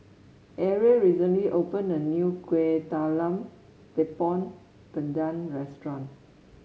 Arie recently opened a new Kueh Talam Tepong Pandan Restaurant